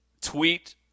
tweet